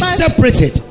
separated